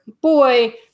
boy